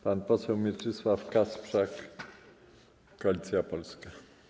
Pan poseł Mieczysław Kasprzak, Koalicja Polska.